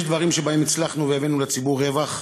יש דברים שבהם הצלחנו והבאנו לציבור רווח,